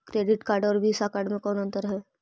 Credit card और Visa card मे कौन अन्तर है?